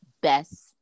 best